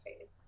face